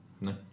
No